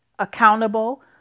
accountable